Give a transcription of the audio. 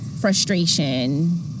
frustration